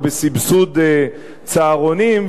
ובסבסוד צהרונים,